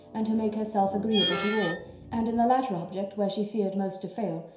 and to make herself agreeable to all and in the latter object, where she feared most to fail,